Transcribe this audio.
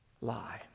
lie